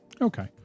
Okay